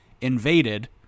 invaded